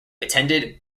attended